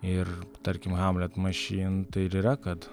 ir tarkim hamlet mašyn tai ir yra kad